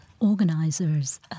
organizers